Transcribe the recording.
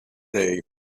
day